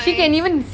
!hais!